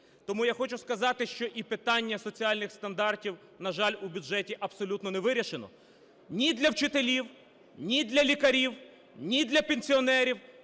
Тому я хочу сказати, що і питання соціальних стандартів, на жаль, в бюджеті абсолютно не вирішено ні для вчителів, ні для лікарів, ні для пенсіонерів,